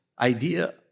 idea